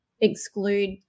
exclude